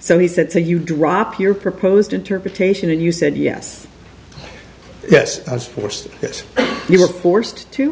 so he said so you drop your proposed interpretation and you said yes yes of course that you were forced to